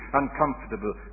uncomfortable